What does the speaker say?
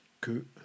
que